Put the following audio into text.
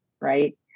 right